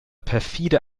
perfide